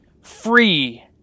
free